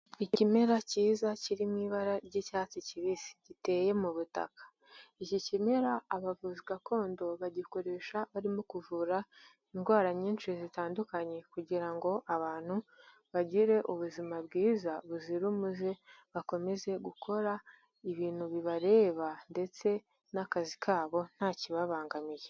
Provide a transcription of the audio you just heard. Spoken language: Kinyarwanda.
Ikimera cyiza kiri mu ibara ry'icyatsi kibisi giteye mu butaka, iki kimera abavuzi gakondo bagikoresha barimo kuvura indwara nyinshi zitandukanye kugira ngo abantu bagire ubuzima bwiza buzira umuze bakomeze gukora ibintu bibareba ndetse n'akazi kabo nta kibabangamiye.